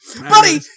buddy